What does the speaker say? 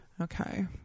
Okay